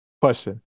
Question